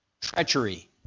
treachery